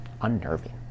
unnerving